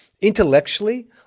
intellectually